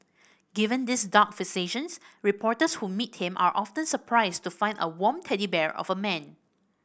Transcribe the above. given these dark fixations reporters who meet him are often surprised to find a warm teddy bear of a man